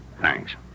Thanks